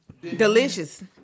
delicious